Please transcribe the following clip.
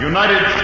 United